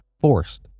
forced